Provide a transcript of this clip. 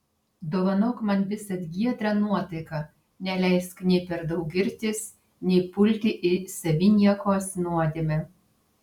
dovanok man visad giedrą nuotaiką neleisk nei per daug girtis nei pulti į saviniekos nuodėmę